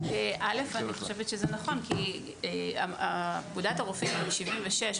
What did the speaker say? אני חושבת שזה נכון כי פקודת הרופאים מ-76',